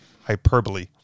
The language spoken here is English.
hyperbole